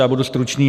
Já budu stručný.